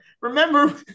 remember